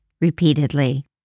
repeatedly